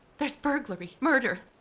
there's burglary, murder,